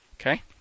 Okay